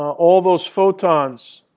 all those photons,